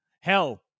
Hell